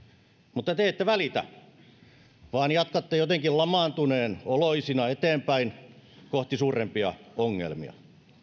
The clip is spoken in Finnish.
mutta te ette välitä vaan jatkatte jotenkin lamaantuneen oloisina eteenpäin kohti suurempia ongelmia